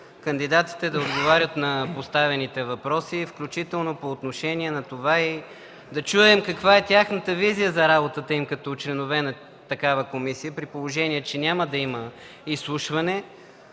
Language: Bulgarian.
кандидатите да отговарят на поставените въпроси, включително по отношение на това да чуем каква е тяхната визия за работата им като членове на такава комисия. При положение че няма да има изслушване,